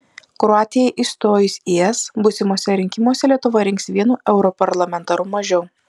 kroatijai įstojus į es būsimuose rinkimuose lietuva rinks vienu europarlamentaru mažiau